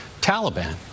Taliban